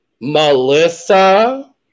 Melissa